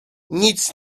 nic